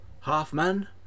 half-man